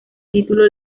título